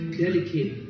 delicate